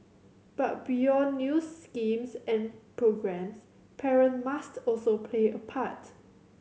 but beyond new schemes and programmes parent must also play a part